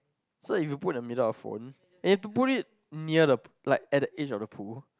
so if you put the middle of phone and you have to put it near the pool like at the edge of the pool